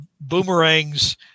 Boomerang's